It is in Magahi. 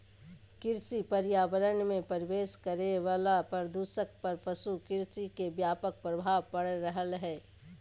कृषि पर्यावरण मे प्रवेश करे वला प्रदूषक पर पशु कृषि के व्यापक प्रभाव पड़ रहल हई